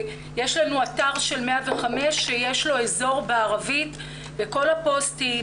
יש לנו אתר של 105 שיש לו אזור בערבית וכל הפוסטים,